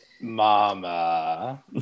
Mama